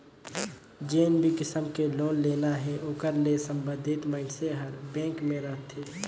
जेन भी किसम के लोन लेना हे ओकर ले संबंधित मइनसे हर बेंक में रहथे